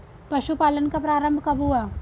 पशुपालन का प्रारंभ कब हुआ?